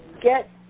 get